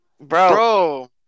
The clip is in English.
Bro